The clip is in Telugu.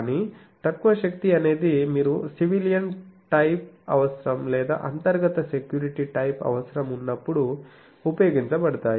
కానీ తక్కువ శక్తి అనేది మీరు సివిలియన్ టైప్ అవసరం లేదా అంతర్గత సెక్యూరిటీ టైప్ అవసరం ఉన్నప్పుడు ఉపయోగించబడుతాయి